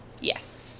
Yes